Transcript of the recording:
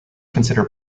consider